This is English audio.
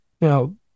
Now